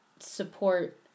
Support